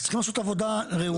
אז צריך לעשות עבודה ראויה,